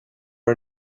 are